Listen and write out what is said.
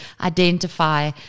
identify